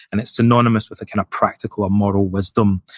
and it's synonymous with a kind of practical or moral wisdom.